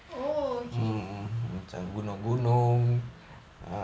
oh okay